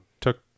took